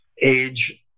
age